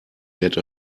get